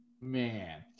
Man